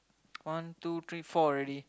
one two three four already